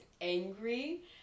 angry